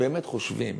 באמת חושבים